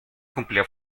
cumplía